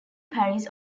paris